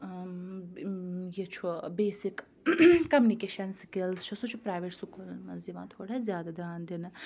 یہِ چھُ basic communication skills چھُ سُہ چھُ پرٛایویٹ سکوٗلَن منٛز یِوان تھوڑا زیادٕ دھیان دِنہٕ